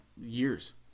years